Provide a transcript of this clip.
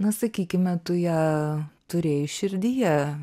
na sakykime tu ją turėjai širdyje